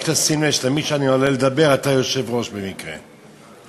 רק תשים לב שתמיד כשאני עולה לדבר אתה במקרה יושב-ראש.